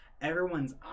everyone's